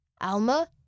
Alma